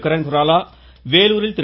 கிரண்குராலா வேலூரில் திரு